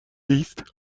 نیست